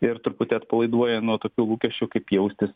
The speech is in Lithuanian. ir truputį atpalaiduoja nuo tokių lūkesčių kaip jaustis